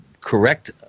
correct